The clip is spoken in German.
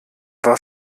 war